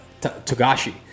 Togashi